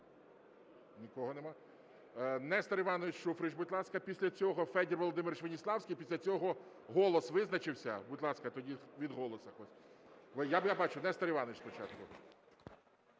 Нікого нема? Нестор Іванович Шуфрич, будь ласка. Після цього – Федір Володимирович Веніславський. Після цього… "Голос" визначився? Будь ласка, тоді від "Голосу" потім. Я бачу. Нестор Іванович спочатку.